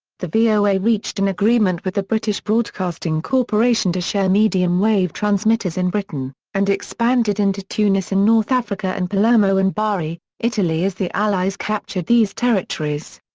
the voa reached an agreement with the british broadcasting corporation to share medium-wave transmitters in britain, and expanded into tunis in north africa and palermo and bari, italy as the allies captured these territories.